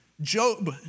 Job